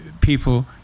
people